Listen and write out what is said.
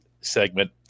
segment